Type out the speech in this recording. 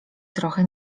trochę